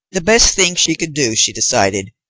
the best thing she could do, she decided,